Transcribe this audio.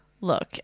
Look